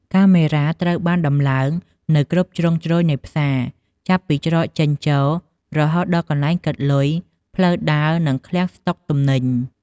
កាមេរ៉ាត្រូវបានដំឡើងនៅគ្រប់ជ្រុងជ្រោយនៃផ្សារ ចាប់ពីច្រកចេញចូល រហូតដល់កន្លែងគិតលុយ ផ្លូវដើរ និងឃ្លាំងស្តុកទំនិញ។